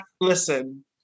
listen